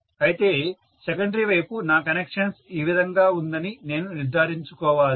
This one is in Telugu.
అయితే సెకండరీ వైపు నా కనెక్షన్స్ ఈ విధంగా ఉందని నేను నిర్ధారించుకోవాలి